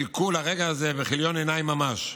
חיכו לרגע הזה בכיליון עיניים ממש.